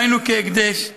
דהיינו כהקדש,